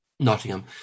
Nottingham